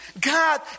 God